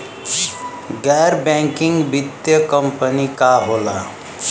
गैर बैकिंग वित्तीय कंपनी का होला?